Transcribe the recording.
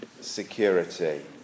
security